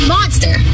Monster